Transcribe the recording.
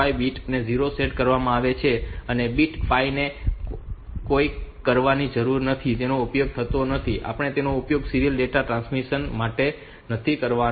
5 bit 0 પર set કરવામાં આવે છે અને બીટ 5 ની કોઈ પરવા નથી અને તેનો ઉપયોગ નથી થતો અને આપણે તેનો ઉપયોગ સીરીયલ ડેટા ટ્રાન્સમિશન માટે નથી કરવાના